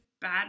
bad